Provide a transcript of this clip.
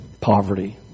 poverty